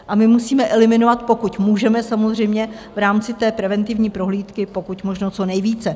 My to musíme eliminovat pokud můžeme, samozřejmě v rámci preventivní prohlídky pokud možno co nejvíce.